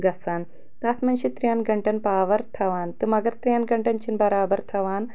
گژھان تتھ منٛز چھِ ترٛٮ۪ن گنٛٹن پاور تھاوان مگر ترٛٮ۪ن گنٛٹن چھنہٕ برابر تھاوان